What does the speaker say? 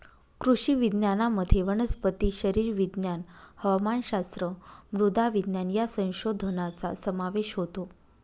कृषी विज्ञानामध्ये वनस्पती शरीरविज्ञान, हवामानशास्त्र, मृदा विज्ञान या संशोधनाचा समावेश होतो